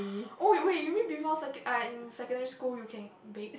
oh wait you mean before before uh in secondary school you can bake